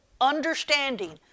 understanding